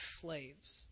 slaves